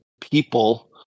people